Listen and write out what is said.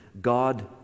God